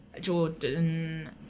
Jordan